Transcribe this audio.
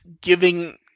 giving